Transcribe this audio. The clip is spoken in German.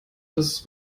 das